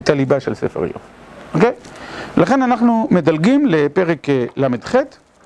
את הליבה של ספר איוב, אוקיי? לכן אנחנו מדלגים לפרק ל״ח.